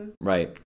right